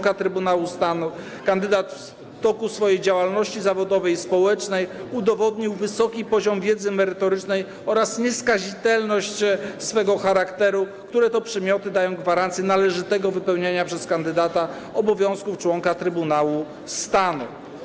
Kandydat w toku swojej działalności zawodowej i społecznej udowodnił wysoki poziom wiedzy merytorycznej oraz nieskazitelność swego charakteru, które to przymioty dają gwarancję należytego wypełniania przez kandydata obowiązków członka Trybunału Stanu.